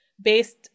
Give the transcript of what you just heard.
based